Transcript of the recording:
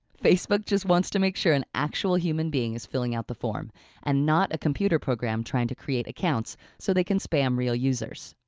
facebook just wants to make sure an actual human being is filling out the form and not a computer program trying to create accounts so they can spam real users.